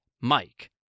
Mike